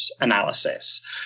analysis